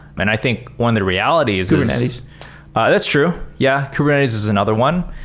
and i think, one, the reality is kubernetes that's true. yeah, kubernetes is is another one.